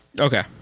Okay